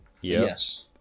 Yes